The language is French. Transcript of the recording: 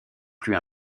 plus